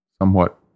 somewhat